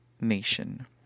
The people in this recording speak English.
nation